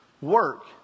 work